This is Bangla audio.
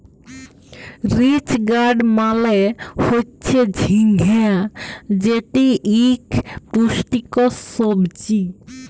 রিজ গার্ড মালে হচ্যে ঝিঙ্গা যেটি ইক পুষ্টিকর সবজি